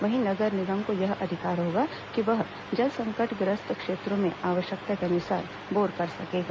वहीं नगर निगम को यह अधिकार होगा कि वह जल संकटग्रस्त क्षेत्रों में आवश्यकता के अनुसार बोर कर सकेगा